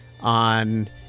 on